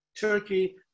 Turkey